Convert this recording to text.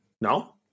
No